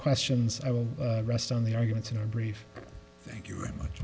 questions i will rest on the arguments in our brief thank you very much